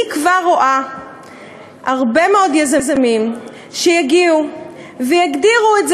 אני כבר רואה הרבה מאוד יזמים שיגיעו ויגדירו את זה,